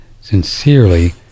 sincerely